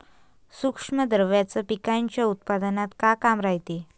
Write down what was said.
सूक्ष्म द्रव्याचं पिकाच्या उत्पन्नात का काम रायते?